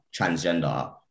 transgender